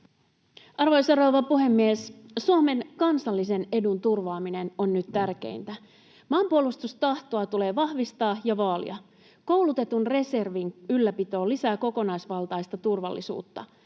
Arvoisa rouva puhemies! Suomen kansallisen edun turvaaminen on nyt tärkeintä. Maanpuolustustahtoa tulee vahvistaa ja vaalia. Koulutetun reservin ylläpito lisää kokonaisvaltaista turvallisuutta.